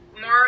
more